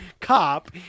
cop